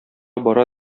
бара